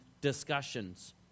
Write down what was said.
discussions